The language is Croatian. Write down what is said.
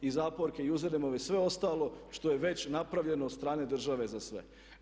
I zaporke i usere i sve ostalo što je već napravljeno od strane države za sve.